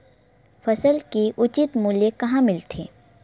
फसल के उचित मूल्य कहां मिलथे?